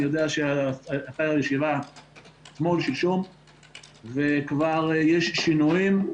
אני יודע שהיתה רשימה אתמול שלשום וכבר יש שינויים,